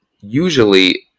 usually